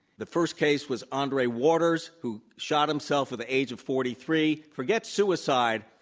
the first case was andre waters who shot himself at the age of forty three. forget suicide,